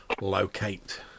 locate